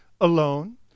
alone